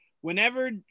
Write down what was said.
Whenever